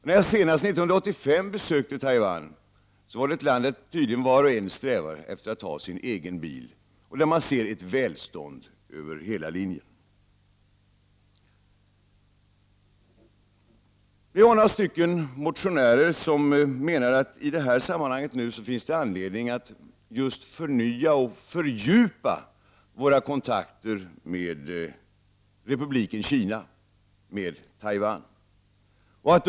När jag senast, 1985, besökte Taiwan var det ett land där tydligen var och en strävade efter att ha sin egen bil, och där man ser ett välstånd över hela Vi var några motionärer som menade att i detta sammanhang finns det anledning att förnya och fördjupa våra kontakter med Republiken Kina, med Taiwan.